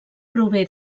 prové